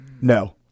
no